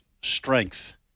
strength